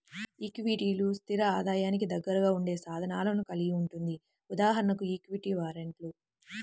ఈక్విటీలు, స్థిర ఆదాయానికి దగ్గరగా ఉండే సాధనాలను కలిగి ఉంటుంది.ఉదాహరణకు ఈక్విటీ వారెంట్లు